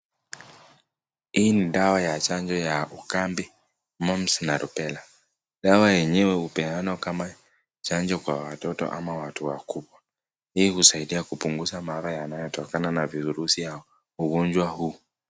Hii ni dawa ya chanjo ya ukambina, Mumps na Rubella(cs). Dawa enyewe upeanwa kama chanjo kwa watoto ama watu wakubwa. Hii usaidia kupunguza mathara yanayo tokana na virusi ya ugonwa huu.